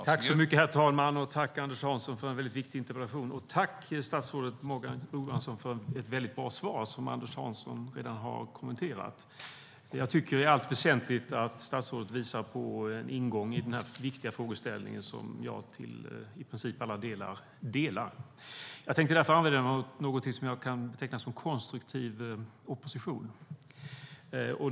Herr talman! Tack, Anders Hansson, för en mycket viktig interpellation, och tack, statsrådet Morgan Johansson för ett mycket bra svar, som Anders Hansson redan har kommenterat! Jag tycker i allt väsentligt att statsrådet visar på en ingång i den här viktiga frågeställningen som jag delar i princip helt. Jag tänkte därför använda mig av något som jag kan beteckna som konstruktiv opposition.